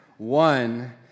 One